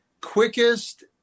quickest